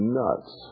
nuts